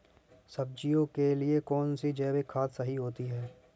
सब्जियों के लिए कौन सी जैविक खाद सही होती है?